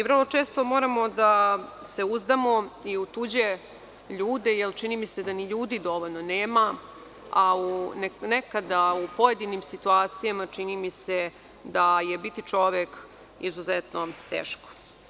Vrlo često moramo da se uzdamo i u tuđe ljude jer, čini mi se, da ni ljudi dovoljno nema, a u nekadau pojedinim situacijama, čini mi se da je biti čovek izuzetno teško.